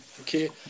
okay